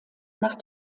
nach